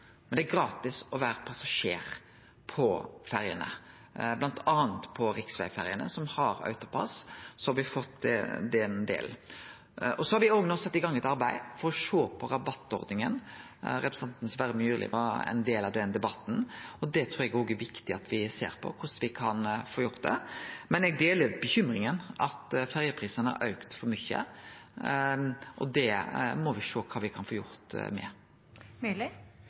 men det er gratis å vere passasjer på ferjene, bl.a. på riksvegferjene som har AutoPASS, har me fått til det. Me har no òg sett i gang eit arbeid for å sjå på rabattordninga. Representanten Sverre Myrli var med på den debatten. Det trur eg òg er viktig at me ser på – korleis me kan få gjort det. Men eg deler bekymringa over at ferjeprisane har auka for mykje. Me må sjå på kva me kan få gjort